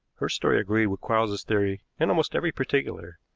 her story agreed with quarles's theory in almost every particular,